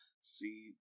see